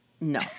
No